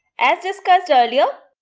as discussed earlier,